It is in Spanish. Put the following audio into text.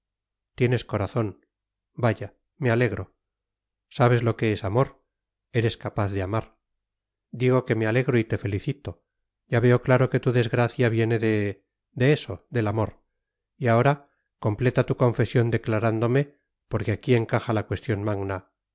tienes corazón vaya me alegro sabes lo que es amor eres capaz de amar digo que me alegro y te felicito ya veo claro que tu desgracia viene de de eso del amor y ahora completa tu confesión declarándome porque aquí encaja la cuestión magna